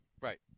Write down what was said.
Right